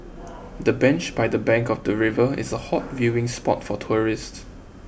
the bench by the bank of the river is a hot viewing spot for tourists